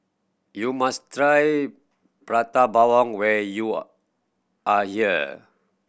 you must try Prata Bawang when you are here